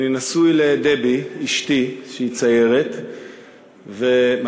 אני נשוי לדבי אשתי, שהיא ציירת מדהימה,